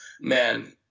man